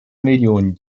millionen